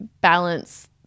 balance